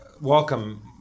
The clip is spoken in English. welcome